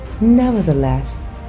nevertheless